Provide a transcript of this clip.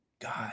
God